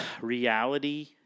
reality